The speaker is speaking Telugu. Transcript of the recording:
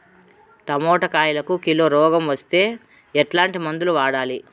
టమోటా కాయలకు కిలో రోగం వస్తే ఎట్లాంటి మందులు వాడాలి?